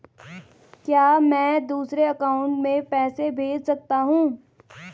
क्या मैं दूसरे बैंक अकाउंट में पैसे भेज सकता हूँ?